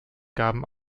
gaben